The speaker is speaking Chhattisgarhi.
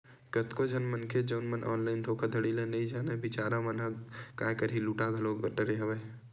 कतको झन मनखे जउन मन ऑनलाइन धोखाघड़ी ल नइ जानय बिचारा मन ह काय करही लूटा घलो डरे हवय